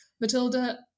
Matilda